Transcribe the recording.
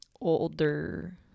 older